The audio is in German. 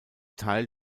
teil